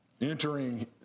entering